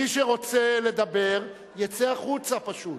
מי שרוצה לדבר יצא החוצה פשוט.